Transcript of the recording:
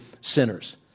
sinners